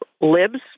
Libs